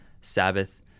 Sabbath